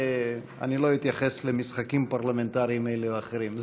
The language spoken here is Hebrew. ואני לא אתייחס למשחקים פרלמנטריים כאלה או אחרים.